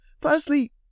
Firstly